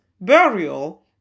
burial